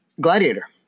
Gladiator